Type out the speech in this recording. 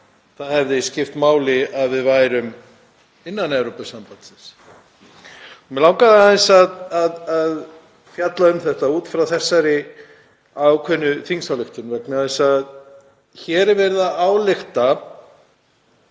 það hefði skipt máli að við værum innan Evrópusambandsins. Mig langaði aðeins að fjalla um þetta út frá þessari ákveðnu þingsályktunartillögu. Hér er verið að álykta